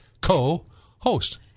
co-host